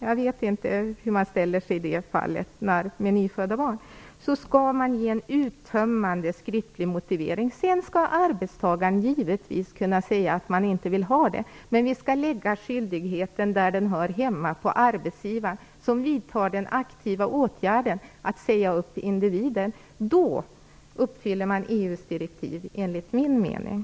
Jag vet dock inte hur man ställer sig i fallet med nyfödda barn. Arbetstagaren skall givetvis kunna säga att denne inte vill ha en motivering. Men vi skall lägga skyldigheten där den hör hemma, dvs. på arbetsgivaren. Det är arbetsgivaren som vidtar den aktiva åtgärden att säga upp individer. Då uppfyller man enligt min mening EU:s direktiv.